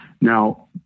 Now